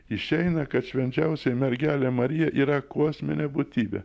išeina kad švenčiausioji mergelė marija yra kosminė būtybė